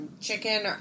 Chicken